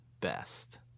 best